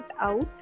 out